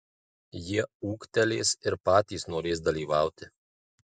jie ūgtelės ir patys norės dalyvauti